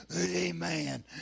Amen